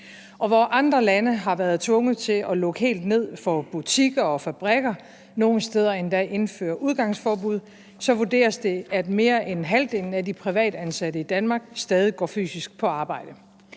Hvor andre lande har været tvunget til at lukke helt ned for butikker og fabrikker, nogle steder endda indført udgangsforbud, vurderes det, at mere end halvdelen af de privatansatte i Danmark stadig går fysisk på arbejde.